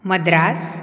Madras